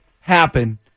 happen